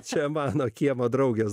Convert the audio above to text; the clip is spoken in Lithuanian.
čia mano kiemo draugės